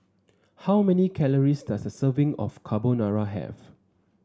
how many calories does a serving of Carbonara have